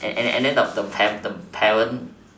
and then the parent